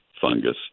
fungus